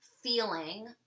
feeling